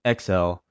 XL